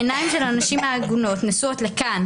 העיניים של הנשים העגונות נשואות לכאן,